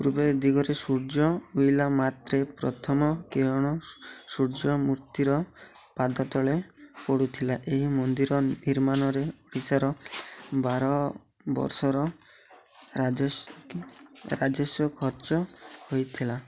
ପୂର୍ବ ଦିଗରେ ସୂର୍ଯ୍ୟ ଉଇଁଲା ମାତ୍ରେ ପ୍ରଥମ କିରଣ ସୂର୍ଯ୍ୟ ମୂର୍ତ୍ତିର ପାଦ ତଳେ ପଡ଼ୁଥିଲା ଏହି ମନ୍ଦିର ନିର୍ମାଣରେ ଓଡ଼ିଶାର ବାର ବର୍ଷର ରାଜସ୍ୱ ଖର୍ଚ୍ଚ ହୋଇଥିଲା